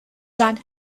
dan